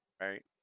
Right